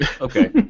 Okay